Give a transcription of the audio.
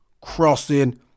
crossing